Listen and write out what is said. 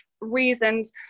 reasons